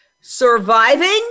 surviving